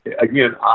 again